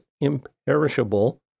imperishable